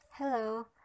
Hello